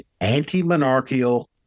anti-monarchical